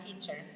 teacher